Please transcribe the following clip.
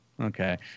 Okay